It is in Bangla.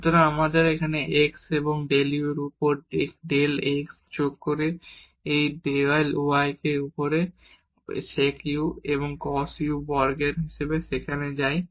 সুতরাং আমরা x এবং ডেল u এর উপর ডেল x যোগ করে এই y ডেল u এর উপর ডেল y এবং এই sec u একটি cos বর্গ u হিসাবে সেখানে যাই